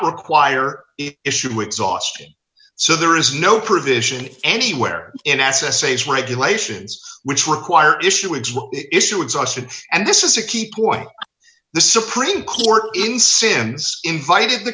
require issue exhaustion so there is no provision anywhere in s s a s regulations which require issue of issue exhaustion and this is a key point the supreme court in since invited the